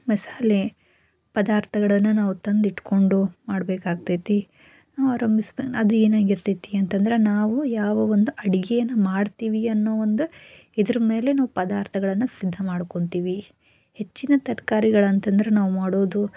ಮಸಾಲೆ ಪದಾರ್ಥಗಳನ್ನು ನಾವು ತಂದಿಟ್ಟುಕೊಂಡು ಮಾಡಬೇಕಾಗ್ತೈತೆ ಅದು ಏನಾಗಿರ್ತೈತೆ ಅಂತಂದ್ರೆ ನಾವು ಯಾವ ಒಂದು ಅಡಿಗೆಯನ್ನು ಮಾಡ್ತೀವಿ ಅನ್ನೋ ಒಂದು ಇದ್ರ ಮೇಲೆ ನಾವು ಪದಾರ್ಥಗಳನ್ನು ಸಿದ್ಧ ಮಾಡ್ಕೋತೀವಿ ಹೆಚ್ಚಿನ ತರ್ಕಾರಿಗಳಂತಂದ್ರೆ ನಾವು ಮಾಡೋದು